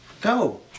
go